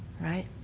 right